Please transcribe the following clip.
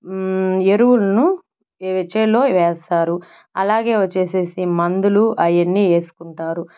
ఎరువులను చేలలో వేస్తారు అలాగే వచ్చేసి మందులు అవన్నీ వేసుకుంటారు